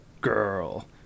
girl